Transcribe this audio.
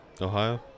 Ohio